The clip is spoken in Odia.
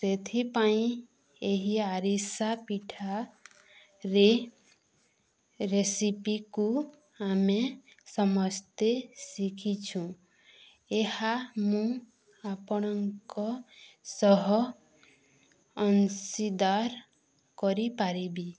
ସେଥିପାଇଁ ଏହି ଆରିସା ପିଠାରେ ରେସିପିକୁ ଆମେ ସମସ୍ତେ ଶିଖିଛୁଁ ଏହା ମୁଁ ଆପଣଙ୍କ ସହ ଅଂଶୀଦାର କରିପାରିବି